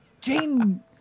Jane